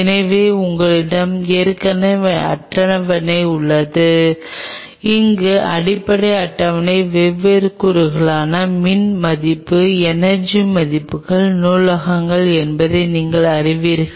எனவே உங்களிடம் ஏற்கனவே அட்டவணை உள்ளது அங்கு அடிப்படை அட்டவணை வெவ்வேறு கூறுகளுக்கான மின் மதிப்புகள் எனர்ஜி மதிப்புகளின் நூலகம் என்பதை நீங்கள் அறிவீர்கள்